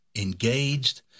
engaged